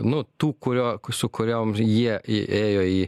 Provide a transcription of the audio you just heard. nuo tų kurio su kuriom jie įėjo į